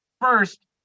first